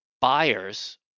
buyers